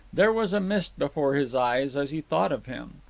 there was a mist before his eyes as he thought of him.